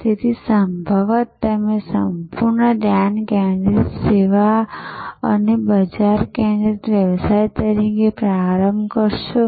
તેથી સંભવતઃ તમે સંપૂર્ણ ધ્યાન કેન્દ્રિત સેવા અને બજાર કેન્દ્રિત વ્યવસાય તરીકે પ્રારંભ કરશો